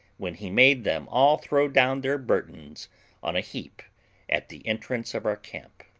when he made them all throw down their burdens on a heap at the entrance of our camp.